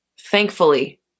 thankfully